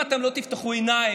אם אתם לא תפקחו עיניים,